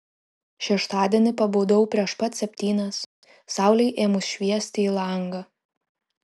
šeštadienį pabudau prieš pat septynias saulei ėmus šviesti į langą